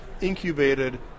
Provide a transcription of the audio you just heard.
incubated